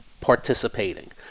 participating